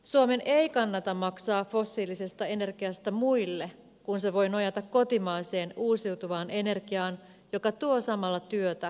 suomen ei kannata maksaa fossiilisesta energiasta muille kun se voi nojata kotimaiseen uusiutuvaan energiaan joka tuo samalla työtä suomeen